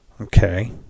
Okay